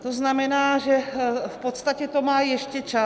To znamená, že v podstatě to má ještě čas.